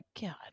god